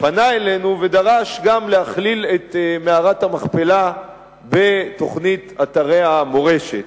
פנה אלינו ודרש להכליל גם את מערת המכפלה בתוכנית אתרי המורשת,